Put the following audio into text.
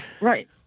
Right